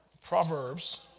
Proverbs